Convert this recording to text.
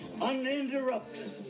uninterrupted